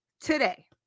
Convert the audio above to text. today